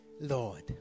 Lord